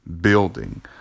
building